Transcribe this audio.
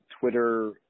Twitter